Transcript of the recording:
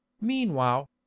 meanwhile